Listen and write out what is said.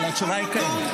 אבל התשובה היא כן.